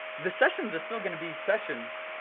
the sessions are still gonna be sessions,